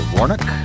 Warnock